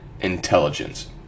intelligence